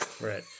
Right